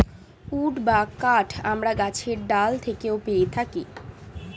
would বা কাঠ আমরা গাছের ডাল থেকেও পেয়ে থাকি